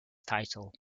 title